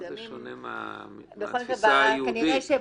מסוימים --- כמה זה שונה מהתפיסה היהודית.